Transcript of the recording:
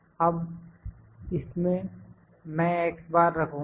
अब इसमें मैं x बार रखूंगा